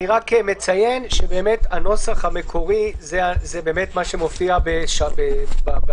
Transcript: אני רק מציין שהנוסח המקורי הוא מה שמופיע בדפוס הרגיל.